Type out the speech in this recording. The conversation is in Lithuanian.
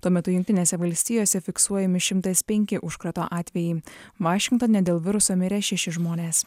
tuo metu jungtinėse valstijose fiksuojami šimtas penki užkrato atvejai vašingtone dėl viruso mirė šeši žmonės